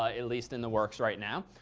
ah at least in the works right now.